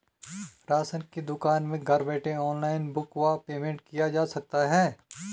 Ration की दुकान में घर बैठे ऑनलाइन बुक व पेमेंट किया जा सकता है?